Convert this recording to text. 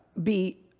be,